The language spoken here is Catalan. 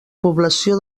població